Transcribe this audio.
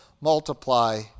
multiply